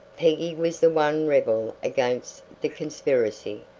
peggy was the one rebel against the conspiracy,